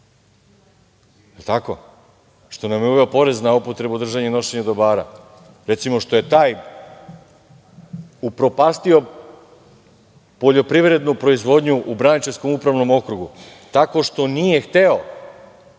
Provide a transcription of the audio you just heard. Đelića, što nam je uveo porez na upotrebu, držanje i nošenje dobara. Recimo, što je taj upropastio poljoprivrednu proizvodnju u Braničevskom upravnom okrugu tako što nije hteo